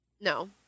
No